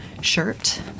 shirt